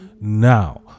Now